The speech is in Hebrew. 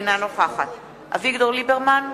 אינה נוכחת אביגדור ליברמן,